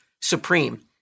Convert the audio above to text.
Supreme